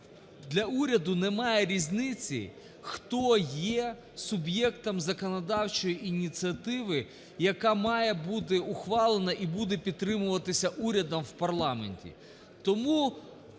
для уряду, немає різниці, хто є суб'єктом законодавчої ініціативи, яка має бути ухвалена і буде підтримуватися урядом у парламенті.